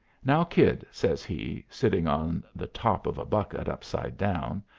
now, kid, says he, sitting on the top of a bucket upside down,